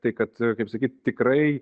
tai kad kaip sakyt tikrai